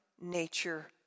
nature